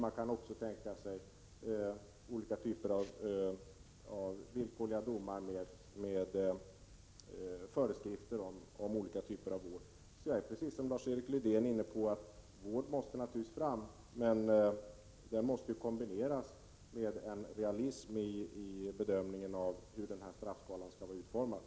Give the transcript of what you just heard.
Man kan också tänka sig olika typer av villkorliga domar med föreskrifter om vård. Lars-Erik Lövdén hävdar att vård måste fram, men den måste kombineras med en realism i bedömningen av hur straffskalan skall vara utformad.